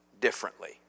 differently